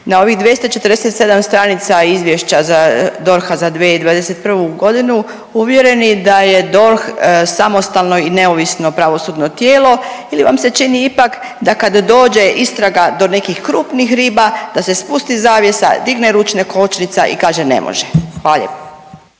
na ovih 247 stranica izvješća za, DORH-a za 2021. uvjereni da je DORH uvjereni da je DORH samostalno i neovisno pravosudno tijelo ili vam se čini ipak da kada dođe istraga do nekih krupnih riba da se spusti zavjesa, digne ručna kočnica i kaže ne može. Hvala